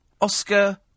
Oscar